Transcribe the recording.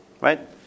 right